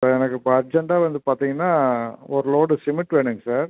sir எனக்கு இப்போ அர்ஜென்ட்டாக வந்து பார்த்திங்கனா ஒரு லோடு சிமெண்ட் வேணும்ங்க சார்